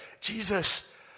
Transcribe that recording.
Jesus